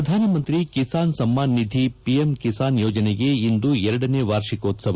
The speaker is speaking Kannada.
ಪ್ರಧಾನ ಮಂತ್ರಿ ಕಿಸಾನ್ ಸಮ್ಮಾನ್ ನಿಧಿ ಪಿಎಂ ಕಿಸಾನ್ ಯೋಜನೆಗೆ ಇಂದು ಎರಡನೇ ವಾರ್ಷಿಕೋತ್ಸವ